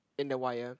in the wire